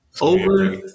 Over